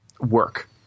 work